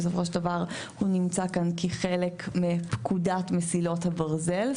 בסופו של דבר הוא נמצא כאן כחלק מפקודת מסילות הברזל.